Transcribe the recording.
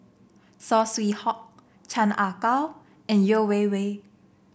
Saw Swee Hock Chan Ah Kow and Yeo Wei Wei